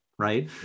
right